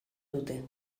dute